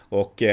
och